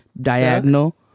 diagonal